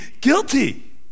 guilty